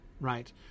right